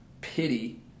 pity